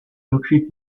luči